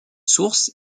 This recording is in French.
sources